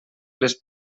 les